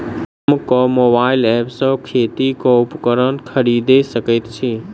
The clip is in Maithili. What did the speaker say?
हम केँ मोबाइल ऐप सँ खेती केँ उपकरण खरीदै सकैत छी?